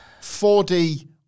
4D